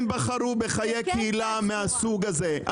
הם בחרו בחיי קהילה מהסוג הזה,